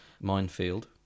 minefield